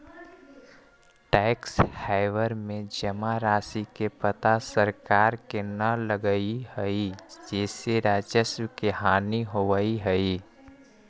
tax haven में जमा राशि के पता सरकार के न लगऽ हई जेसे राजस्व के हानि होवऽ हई